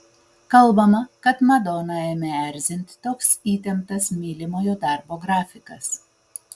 kalbama kad madoną ėmė erzinti toks įtemptas mylimojo darbo grafikas